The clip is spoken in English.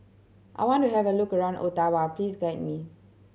I want to have a look around Ottawa please guide me